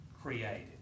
created